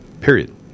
Period